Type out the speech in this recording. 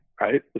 Right